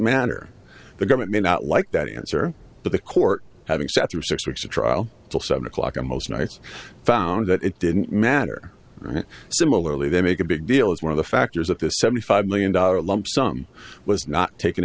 matter the government may not like that answer but the court having sat through six weeks of trial till seven o'clock and most nights found that it didn't matter similarly they make a big deal as one of the factors of the seventy five million dollar lump sum was not taken